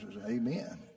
Amen